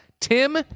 Tim